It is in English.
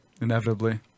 inevitably